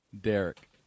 Derek